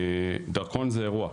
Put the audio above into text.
דרכון זה אירוע.